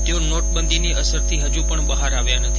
તેઓ નોટબંધીની અસરથી હજૂ પણ બાહર આવ્યા નથી